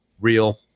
real